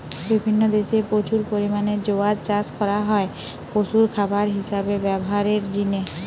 বিভিন্ন দেশে প্রচুর পরিমাণে জোয়ার চাষ করা হয় পশুর খাবার হিসাবে ব্যভারের জিনে